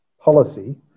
policy